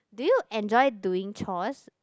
do you enjoy doing chores